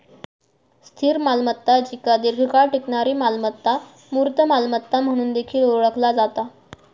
स्थिर मालमत्ता जिका दीर्घकाळ टिकणारी मालमत्ता, मूर्त मालमत्ता म्हणून देखील ओळखला जाता